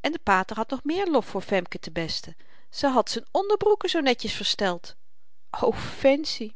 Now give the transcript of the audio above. en de pater had nog meer lof voor femke ten beste ze had z'n onderbroeken zoo netjes versteld o fancy